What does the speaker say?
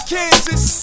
Kansas